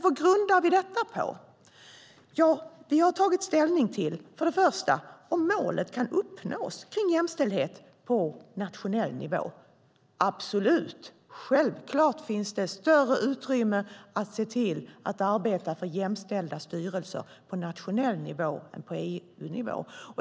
Vad grundar vi detta på? Vi har först och främst tagit ställning till om målet om jämställdhet kan uppnås på nationell nivå. Absolut, självklart finns det större utrymme att arbeta för jämställda styrelser på nationell nivå än på EU-nivå.